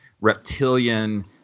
reptilian